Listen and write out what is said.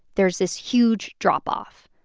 there's this huge drop-off.